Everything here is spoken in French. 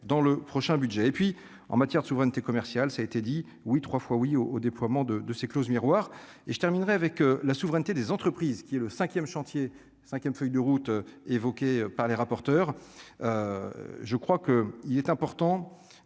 dans le prochain budget et puis en matière de souveraineté commerciale, ça a été dit, oui, 3 fois oui au au déploiement de de ces clauses miroirs et je terminerais avec la souveraineté des entreprises qui est le 5ème chantier 5ème feuille de route, évoquée par les rapporteurs, je crois que il est important